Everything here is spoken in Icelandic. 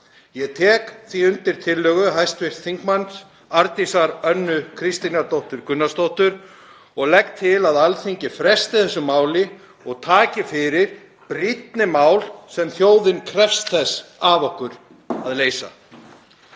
Ég tek því undir tillögu hv. þm. Arndísar Önnu Kristínardóttur Gunnarsdóttur og legg til að Alþingi fresti þessu máli og taki fyrir brýnni mál sem þjóðin krefst þess af okkur að leysa.